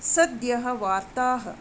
सद्यः वार्ताः